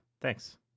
Thanks